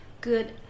good